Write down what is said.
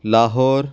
Lahore